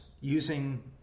using